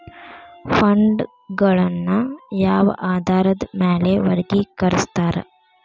ಫಂಡ್ಗಳನ್ನ ಯಾವ ಆಧಾರದ ಮ್ಯಾಲೆ ವರ್ಗಿಕರಸ್ತಾರ